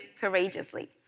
courageously